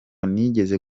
nigize